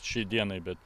šiai dienai bet